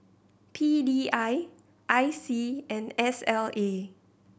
P D I I C and S L A